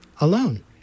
alone